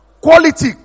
quality